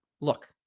look